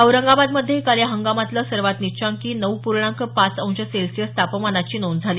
औरंगाबाद मध्येही काल या हंगामातलं सर्वात निचांकी नऊ पूर्णांक पाच अंश सेल्सिअस तापमानाची नोंद झाली